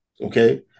Okay